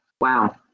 Wow